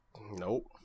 nope